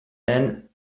and